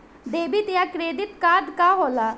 Debit या credit card का होला?